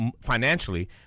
financially